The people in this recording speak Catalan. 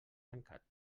tancat